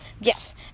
Yes